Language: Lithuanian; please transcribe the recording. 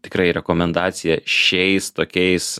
tikrai rekomendacija šiais tokiais